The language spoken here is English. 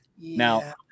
now